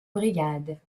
brigade